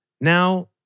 Now